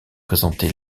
présentés